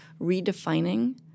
redefining